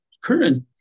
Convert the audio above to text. current